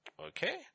Okay